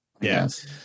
Yes